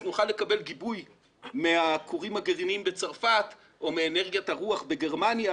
אז נוכל לקבל גיבוי מהכורים הגרעיניים בצרפת או מאנרגיית הרוח בגרמניה